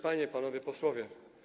Panie, Panowie Posłowie!